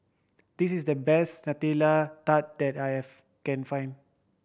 this is the best Nutella Tart that I can find